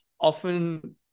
often